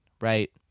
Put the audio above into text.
right